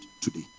today